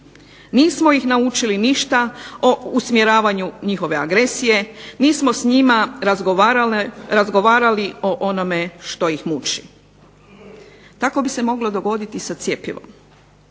Nismo ih naučili ništa o usmjeravanju njihove agresije, nismo s njima razgovarali o onome što ih muči. Tako bi se moglo dogoditi i sa cjepivom.